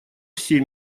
все